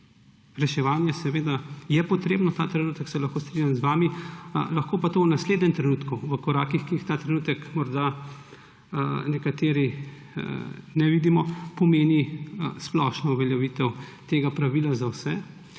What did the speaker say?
trenutek seveda je potrebno, se lahko strinjam z vami. Lahko pa to v naslednjem trenutku, v korakih, ki jih ta trenutek morda nekateri ne vidimo, pomeni splošno uveljavitev tega pravila za vse.